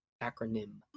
Acronym